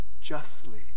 justly